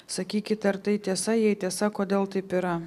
sakykit ar tai tiesa jei tiesa kodėl taip yra